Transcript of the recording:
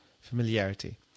Familiarity